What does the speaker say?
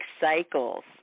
cycles